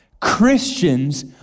Christians